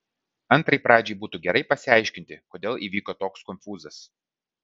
antrai pradžiai būtų gerai pasiaiškinti kodėl įvyko toks konfūzas